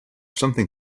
something